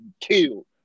killed